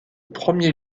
premier